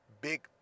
big